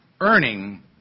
earning